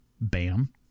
bam